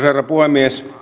herra puhemies